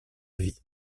vie